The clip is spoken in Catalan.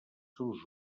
seus